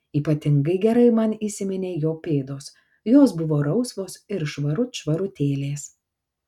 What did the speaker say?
ypatingai gerai man įsiminė jo pėdos jos buvo rausvos ir švarut švarutėlės